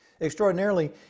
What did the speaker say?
Extraordinarily